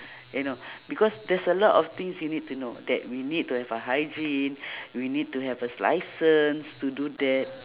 you know because there's a lot of things you need to know that we need to have a hygiene we need to have a license to do that